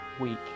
week